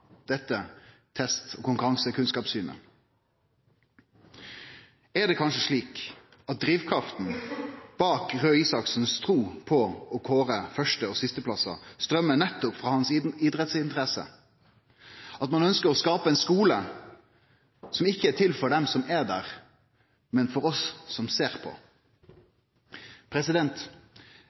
dette test- og konkurransekunnskapssynet? Er det kanskje slik at drivkrafta bak Røe Isaksens tru på å kåre første- og sisteplassar strøymer nettopp frå hans idrettsinteresse – at ein ønsker å skape ein skole som ikkje er til for dei som er der, men for oss som ser